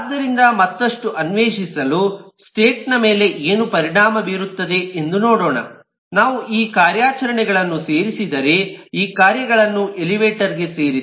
ಆದ್ದರಿಂದ ಮತ್ತಷ್ಟು ಅನ್ವೇಷಿಸಲು ಸ್ಟೇಟ್ ನ ಮೇಲೆ ಏನು ಪರಿಣಾಮ ಬೀರುತ್ತದೆ ಎಂದು ನೋಡೋಣ ನಾವು ಈ ಕಾರ್ಯಾಚರಣೆಗಳನ್ನು ಸೇರಿಸಿದರೆ ಈ ಕಾರ್ಯಗಳನ್ನು ಎಲಿವೇಟರ್ ಗೆ ಸೇರಿಸಿ